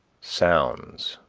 sounds